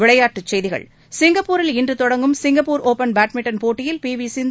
விளையாட்டுச்செய்திகள் சிங்கப்பூரில் இன்று தொடங்கும் சிங்கப்பூர் ஒபன் பேட்மிண்டன் போட்டியில் பி வி சிந்து